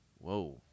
Whoa